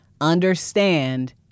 understand